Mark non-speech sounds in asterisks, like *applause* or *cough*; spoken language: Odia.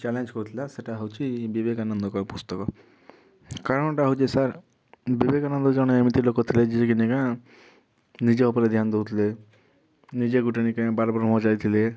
ଚ୍ୟାଲେଂଜ୍ କରୁଥଲା ସେଇଟା ହେଉଛି ବିବେକାନନ୍ଦଙ୍କ ପୁସ୍ତକ କାରଣଟା ହେଉଛି ସାର୍ ବିବେକାନନ୍ଦ ଜଣେ ଏମିତି ଲୋକ ଥିଲେ ଯିଏ କି *unintelligible* ନିଜ ଉପରେ ଧ୍ୟାନ ଦଉଥିଲେ ନିଜେ ଗୋଟେ ନିକେ ବାରବରଙ୍ଗ ଯାଇଥିଲେ